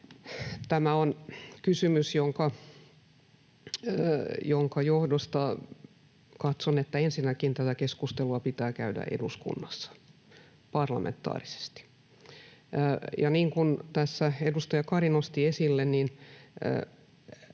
Tämä on kysymys, jonka johdosta katson, että ensinnäkin tätä keskustelua pitää käydä eduskunnassa parlamentaarisesti. [Mika Kari: Kyllä!]